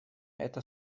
это